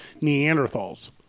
Neanderthals